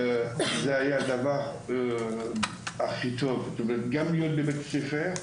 זה היה הדבר הכי טוב גם להם וגם לבית הספר,